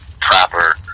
proper